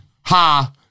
Ha